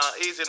easy